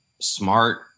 smart